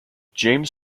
james